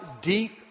deep